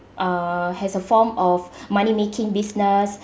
uh has a form of money making business